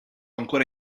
ancora